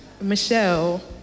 Michelle